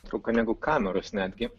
nuotrauką negu kameros netgi